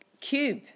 cube